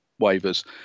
waivers